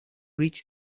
reach